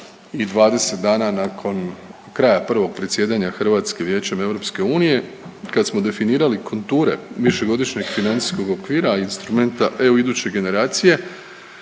i 20 dana nakon kraja prvog predsjedanja Hrvatske Vijećem EU, kad smo definirali konture višegodišnjeg financijskog okvira, a instrumenta EU iduće generacije